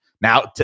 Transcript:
now